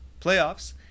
playoffs